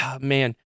man